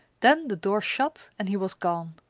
then the door shut, and he was gone!